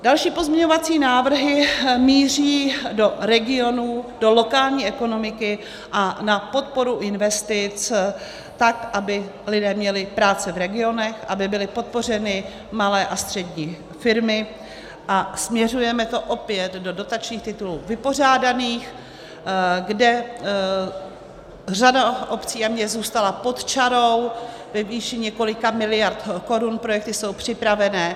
Další pozměňovací návrhy míří do regionů, do lokální ekonomiky a na podporu investic, tak aby lidé měli práci v regionech, aby byly podpořeny malé a střední firmy, a směřujeme to opět do dotačních titulů vypořádaných, kde řada obcí a měst zůstala pod čarou ve výši několika miliard korun, projekty jsou připravené.